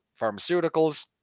pharmaceuticals